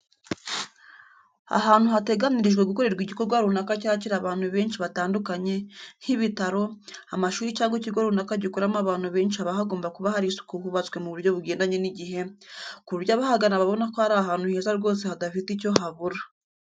Ahantu hateganirijwe gukorerwa igikorwa runaka cyakira abantu benshi batandukanye, nk'ibitaro, amashuri cyangwa ikigo runaka gikoramo abantu benshi haba hagomba kuba hari isuku hubatswe mu buryo bugendanye n'igihe, ku buryo abahagana babona ko ari ahantu heza rwose hadafite icyo habura.